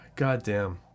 Goddamn